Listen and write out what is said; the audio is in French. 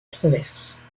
controverse